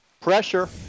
Pressure